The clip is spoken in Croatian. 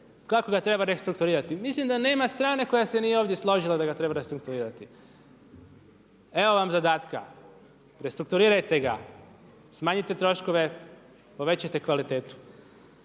kako ga treba restrukturirati. Mislim da nema strane koja se nije ovdje složila da ga treba restrukturirati. Evo vam zadatka – restrukturirajte ga, smanjite troškove, povećajte kvalitetu.